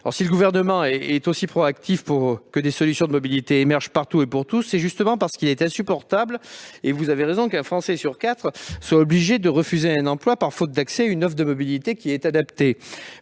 Si le Gouvernement est aussi proactif et favorise l'émergence de solutions de mobilité partout et pour tous, c'est justement parce qu'il est insupportable, vous avez raison, qu'un Français sur quatre soit obligé de refuser un emploi, faute d'accès à une offre de mobilité adaptée.